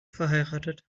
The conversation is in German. verheiratet